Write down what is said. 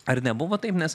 ar nebuvo taip nes